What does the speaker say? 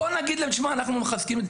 בוא נגיד להם, אנחנו מחזקים.